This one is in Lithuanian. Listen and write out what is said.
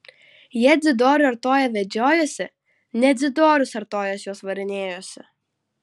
jie dzidorių artoją vedžiojosi ne dzidorius artojas juos varinėjosi